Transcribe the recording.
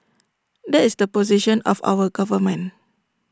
that is the position of our government